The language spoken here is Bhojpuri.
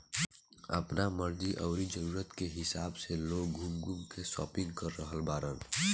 आपना मर्जी अउरी जरुरत के हिसाब से लोग घूम घूम के शापिंग कर रहल बाड़न